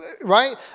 right